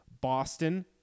Boston